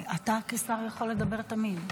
תודה,